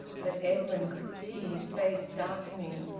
but edwin could see his face darkening,